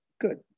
good